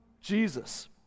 Jesus